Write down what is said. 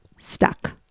stuck